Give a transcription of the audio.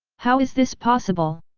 how is this possible?